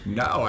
no